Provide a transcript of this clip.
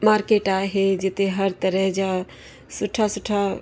market आहे जिते हर तरह जा सुठा सुठा